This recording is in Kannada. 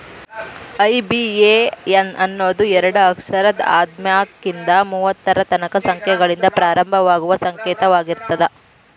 ಐ.ಬಿ.ಎ.ಎನ್ ಅನ್ನೋದು ಎರಡ ಅಕ್ಷರದ್ ಹದ್ನಾಲ್ಕ್ರಿಂದಾ ಮೂವತ್ತರ ತನಕಾ ಸಂಖ್ಯೆಗಳಿಂದ ಪ್ರಾರಂಭವಾಗುವ ಸಂಕೇತವಾಗಿರ್ತದ